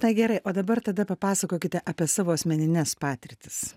tai gerai o dabar tada papasakokite apie savo asmenines patirtis